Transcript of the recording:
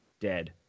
dead